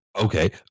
Okay